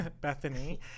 Bethany